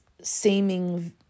seeming